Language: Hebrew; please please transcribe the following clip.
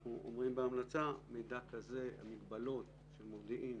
אנחנו אומרים בהמלצה שמידע כזה על מגבלות של מודיעין,